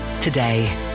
today